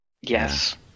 yes